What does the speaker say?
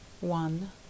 one